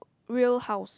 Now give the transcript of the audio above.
real house